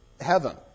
heaven